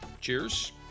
cheers